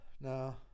No